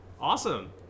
Awesome